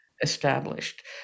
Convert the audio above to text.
established